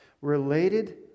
Related